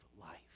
life